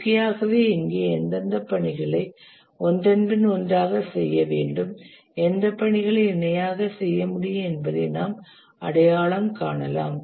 இயற்கையாகவே இங்கே எந்தெந்த பணிகளை ஒன்றன்பின் ஒன்றாகச் செய்ய வேண்டும் எந்தப் பணிகளை இணையாகச் செய்ய முடியும் என்பதை நாம் அடையாளம் காணலாம்